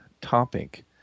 topic